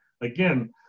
again